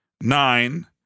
nine